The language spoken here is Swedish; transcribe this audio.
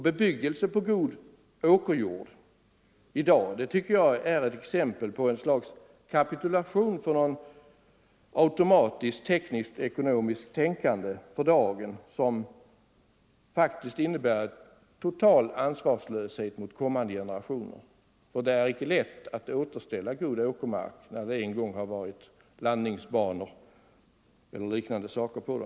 Bebyggelse på god åkerjord i dag är en kapitulation för ett automatiskt-tekniskt ekonomiskt tänkande, som faktiskt innebär ansvarslöshet mot kommande generationer. Det är inte lätt att återställa god åkermark, när det en gång har legat landningsbanor eller liknande saker på den.